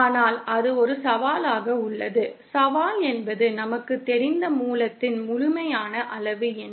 ஆனால் அது ஒரு சவாலாக உள்ளது சவால் என்பது நமக்குத் தெரிந்த மூலத்தின் முழுமையான அளவு என்ன